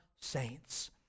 saints